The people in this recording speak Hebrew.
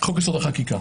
חוק יסוד החקיקה.